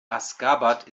aşgabat